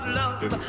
love